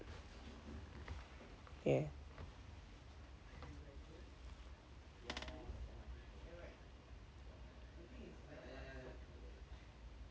ya